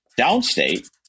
Downstate